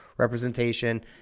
representation